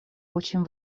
очень